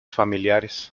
familiares